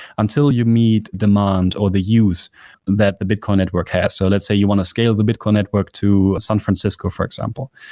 until you meet demands or the use that the bitcoin network has. so let's say you want to scale the bitcoin network to san francisco, for example,